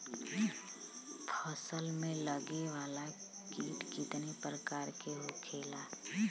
फसल में लगे वाला कीट कितने प्रकार के होखेला?